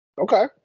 Okay